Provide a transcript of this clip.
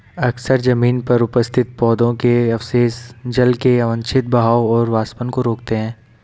अक्सर जमीन पर उपस्थित पौधों के अवशेष जल के अवांछित बहाव और वाष्पन को रोकते हैं